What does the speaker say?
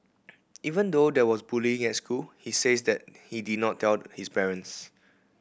even though there was bullying in school he says he did not tell his parents